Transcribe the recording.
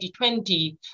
2020